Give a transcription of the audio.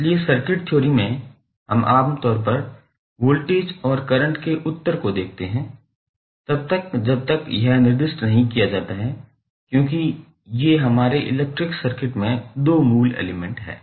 इसलिए circuit theory में हम आम तौर पर वोल्टेज और करंट के उत्तर को देखते हैं तब तक जब तक यह निर्दिष्ट नहीं किया जाता है क्योंकि ये हमारे इलेक्ट्रिक सर्किट में दो मूल एलिमेंट हैं